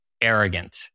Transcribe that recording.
arrogant